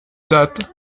that